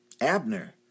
Abner